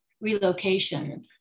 relocation